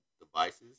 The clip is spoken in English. devices